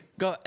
go